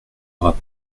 aura